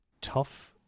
tough